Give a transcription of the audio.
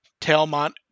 Tailmont